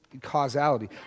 causality